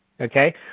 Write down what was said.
okay